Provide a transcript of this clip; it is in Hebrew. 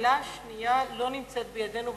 השאלה השנייה לא נמצאת בידינו.